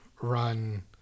run